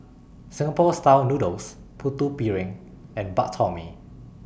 Singapore Style Noodles Putu Piring and Bak Chor Mee